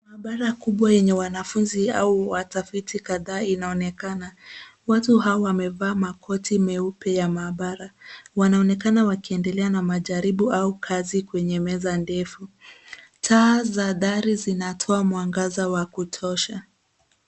Maabara kubwa yenye wanafunzi au watafiti kadhaa inaonekana. Watu hao wamevaa makoti meupe ya maabara. Wanaonekana wakiendelea na majaribu au kazi kwenye meza ndefu. Taa za dari zinatoa mwangaza wa kutosha.